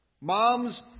Moms